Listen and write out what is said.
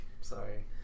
Sorry